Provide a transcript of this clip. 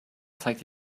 zeigt